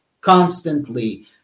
constantly